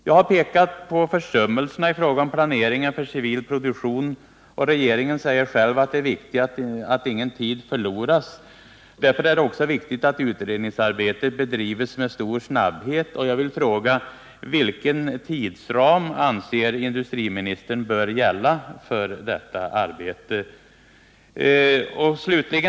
Jag har pekat på försummelserna i fråga om planeringen för civil produktion, och också regeringen säger att det är viktigt att ingen tid förloras. Mot den bakgrunden är det nödvändigt att utredningsarbetet nu bedrivs med stor snabbhet. Jag vill därför fråga: Vilken tidsram anser industriministern bör gälla för detta arbete?